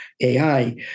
ai